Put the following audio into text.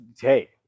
hey